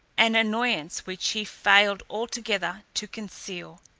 an annoyance which he failed altogether to conceal.